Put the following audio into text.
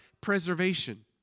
preservation